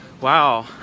wow